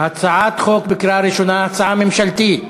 הצעת החוק בקריאה ראשונה, הצעה ממשלתית.